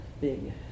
big